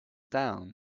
down